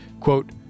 quote